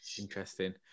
Interesting